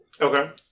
Okay